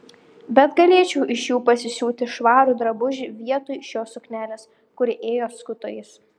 bet galėčiau iš jų pasisiūti švarų drabužį vietoj šios suknelės kuri ėjo skutais